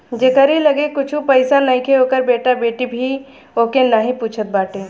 जेकरी लगे कुछु पईसा नईखे ओकर बेटा बेटी भी ओके नाही पूछत बाटे